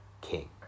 king